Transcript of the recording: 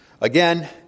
Again